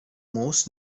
most